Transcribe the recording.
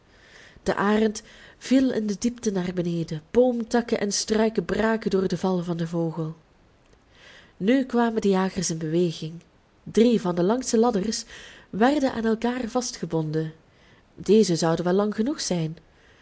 de arend viel in de diepte naar beneden boomtakken en struiken braken door den val van den vogel nu kwamen de jagers in beweging drie van de langste ladders werden aan elkaar vastgebonden deze zouden wel lang genoeg zijn